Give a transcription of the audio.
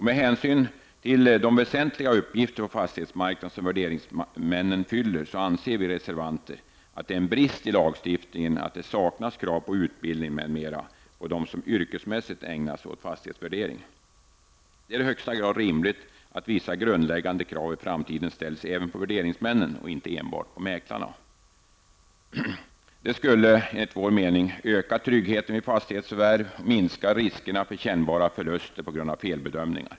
Med hänsyn till de väsentliga uppgifter på fastighetsmarknaden som värderingsmännen fyller anser vi reservanter att det är en brist i lagstiftningen att det saknas krav på utbildning m.m. för dem som yrkesmässigt ägnar sig åt fastighetsvärdering. Det är i högsta grad rimligt att vissa grundläggande krav i framtiden ställs även på värderingsmän och inte enbart på mäklarna. Det skulle enligt vår mening öka tryggheten vid fastighetsförvärv och minska riskerna för kännbara förluster på grund av felbedömningar.